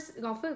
golf